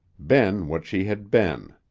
been what she had been.